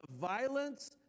violence